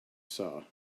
saw